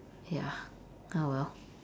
ya ah well